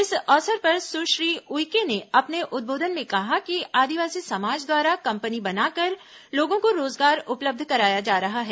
इस अवसर पर सुश्री उइके ने अपने उद्बोधन में कहा कि आदिवासी समाज द्वारा कंपनी बनाकर लोगों को रोजगार उपलब्ध कराया जा रहा है